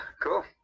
cool